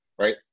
right